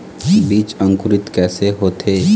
बीज अंकुरित कैसे होथे?